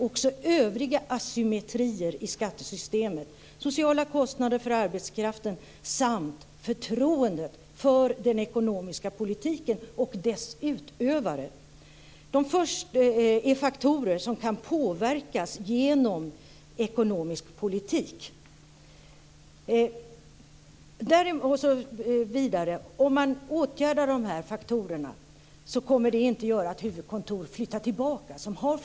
Också övriga asymmetrier i skattesystemet, sociala kostnader för arbetskraften samt förtroendet för den ekonomiska politiken och dess utövare är faktorer som kan påverkas genom ekonomisk politik." Sedan står det att om man åtgärdar de här faktorerna så kommer det inte att göra att huvudkontor som har flyttat ut flyttar tillbaka.